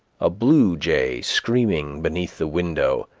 a blue jay screaming beneath the window,